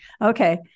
okay